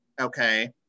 okay